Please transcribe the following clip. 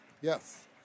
Yes